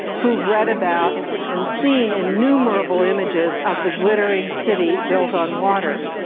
who've read about and seen innumerable images of the glittering city built on water.